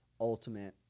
ultimate